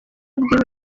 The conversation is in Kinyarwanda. bwihuse